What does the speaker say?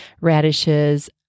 radishes